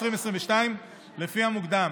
לפי המוקדם.